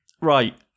Right